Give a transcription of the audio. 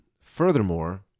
Furthermore